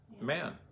Man